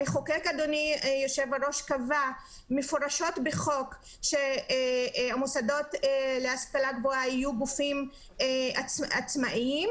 המחוקק קבע מפורשות בחוק שהמוסדות להשכלה גבוהה יהיו גופים עצמאיים,